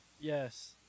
Yes